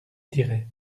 dirais